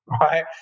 right